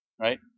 right